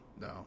No